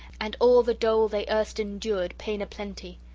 and all the dole they erst endured pain a-plenty.